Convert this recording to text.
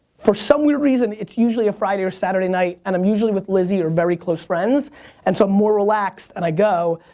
for some weird reason it's usually a friday or saturday night and i'm usually with lizzie or very close friends and so i'm more relaxed and i go.